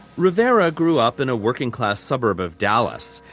rivera grew up in a working-class suburb of dallas.